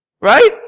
Right